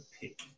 pick